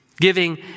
giving